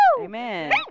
Amen